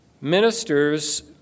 Ministers